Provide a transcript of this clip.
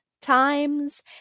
times